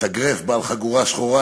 מתאגרף בעל חגורה שחורה.